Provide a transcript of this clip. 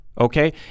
okay